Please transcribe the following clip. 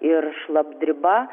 ir šlapdriba